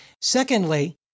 Secondly